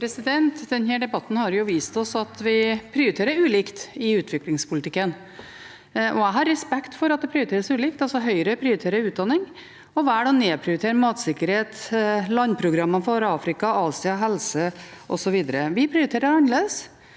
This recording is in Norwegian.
Denne debatten har vist oss at vi prioriterer ulikt i utviklingspolitikken, og jeg har respekt for at det prioriteres ulikt. Høyre prioriterer utdanning og velger å nedprioritere matsikkerhet, landprogrammene for Afrika og Asia, helse, osv. Vi prioriterer annerledes.